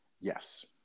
yes